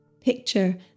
Picture